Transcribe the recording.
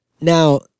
Now